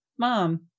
Mom